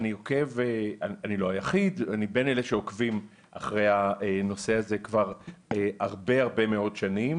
אני בין אלה שעוקבים אחרי הנושא הזה כבר הרבה מאוד שנים,